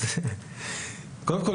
קודם כול,